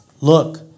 Look